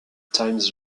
times